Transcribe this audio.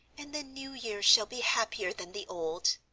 and the new year shall be happier than the old.